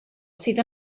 sydd